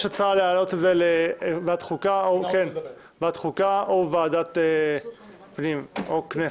יש הצעה להעלות את זה לוועדת החוקה או לוועדת הפנים או לוועדת הכנסת.